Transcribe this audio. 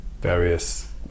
various